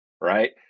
Right